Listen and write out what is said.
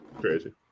Crazy